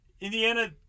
Indiana